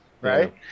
Right